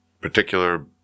particular